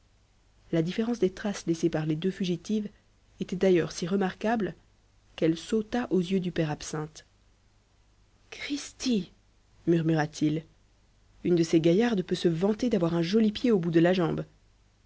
la différence des traces laissées par les deux fugitives était d'ailleurs si remarquable qu'elle sauta aux yeux du père absinthe cristi murmura-t-il une de ces gaillardes peut se vanter d'avoir un joli pied au bout de la jambe